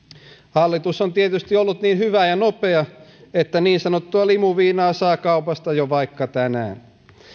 hallitus on tietysti ollut niin hyvä ja nopea että niin sanottua limuviinaa saa kaupasta jo vaikka tänään